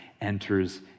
enters